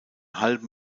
halben